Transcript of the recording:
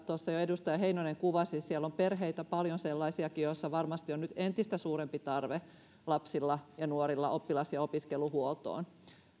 tuossa jo edustaja heinonen kuvasi siellä on paljon sellaisiakin perheitä joissa varmasti on nyt entistä suurempi tarve lapsilla ja nuorilla oppilas ja opiskeluhuoltoon